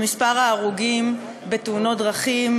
במספר ההרוגים בתאונות דרכים,